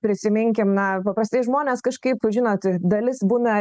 prisiminkim na paprastai žmonės kažkaip žinot dalis būna